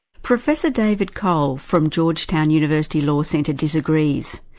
professor david cole from georgetown university law center disagrees.